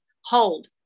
hold